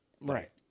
Right